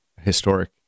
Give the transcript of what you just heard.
historic